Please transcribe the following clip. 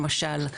למשל,